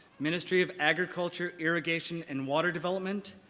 ministry of agriculture, irrigation, and water development,